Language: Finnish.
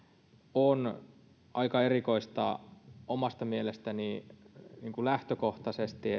on aika erikoista omasta mielestäni niin kuin lähtökohtaisesti